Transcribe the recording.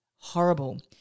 horrible